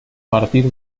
partir